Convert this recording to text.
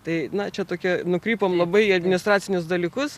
tai na čia tokia nukrypom labai į administracinius dalykus